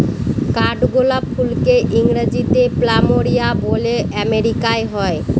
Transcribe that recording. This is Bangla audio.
কাঠগোলাপ ফুলকে ইংরেজিতে প্ল্যামেরিয়া বলে আমেরিকায় হয়